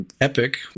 Epic